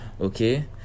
okay